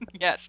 Yes